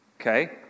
Okay